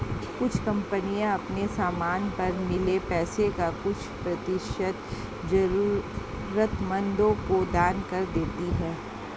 कुछ कंपनियां अपने समान पर मिले पैसे का कुछ प्रतिशत जरूरतमंदों को दान कर देती हैं